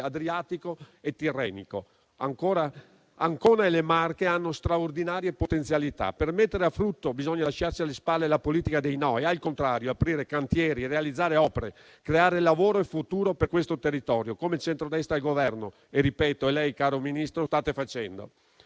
Adriatico e Tirrenico. Ancona e le Marche hanno straordinarie potenzialità. Per metterle a frutto bisogna lasciarsi alle spalle la politica dei «no» e, al contrario, aprire cantieri, realizzare opere, creare lavoro e futuro per questo territorio, come il centrodestra al Governo e lei, caro Ministro, state facendo.